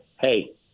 hey